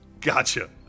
Gotcha